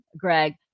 Greg